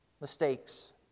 mistakes